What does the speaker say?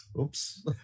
Oops